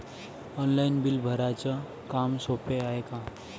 Online bill भराच काम सोपं हाय का?